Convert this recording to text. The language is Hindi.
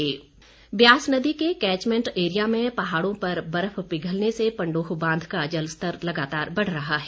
पंडोह डैम ब्यास नदी के कैचमेंट एरिया में पहाड़ों पर बर्फ पिघलने से पंडोह बांध का जलस्तर लगातार बढ़ रहा है